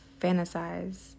fantasize